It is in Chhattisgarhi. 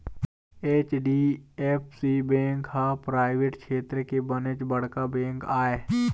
एच.डी.एफ.सी बेंक ह पराइवेट छेत्र के बनेच बड़का बेंक आय